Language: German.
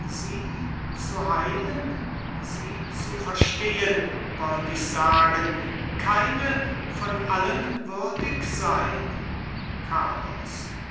sie zu heilen sie zu verstehen wollt ich sagen keine von allen würdig sein carlos